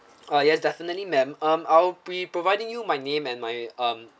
uh yes definitely ma'am um I'll be providing you my name and my um